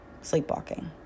sleepwalking